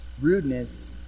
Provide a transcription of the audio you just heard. Rudeness